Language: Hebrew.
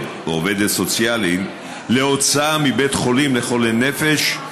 או עובדת סוציאליים להוצאה מבית חולים לחולי נפש,